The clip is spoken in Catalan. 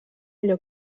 lloc